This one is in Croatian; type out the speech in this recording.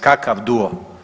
Kakav duo.